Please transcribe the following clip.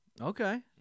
Okay